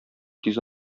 тиз